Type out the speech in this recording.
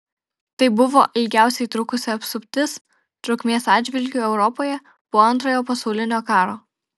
tai buvo ilgiausiai trukusi apsuptis trukmės atžvilgiu europoje po antrojo pasaulinio karo